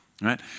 right